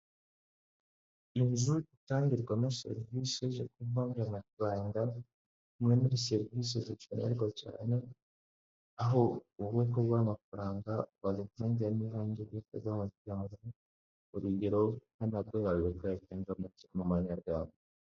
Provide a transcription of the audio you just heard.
Ni inzu itangirwamo serivisi zo kuvunja amafaranga imwe muri serivisi zikenerwa cyane aho ubungubu amafaranga wayatangiramo cyanwa ukayakuramo urugero urugero nk'amadora bakayavunjamo amanyarwanda.